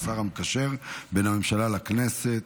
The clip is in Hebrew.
השר המקשר בין הממשלה לכנסת.